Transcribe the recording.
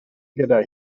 gyda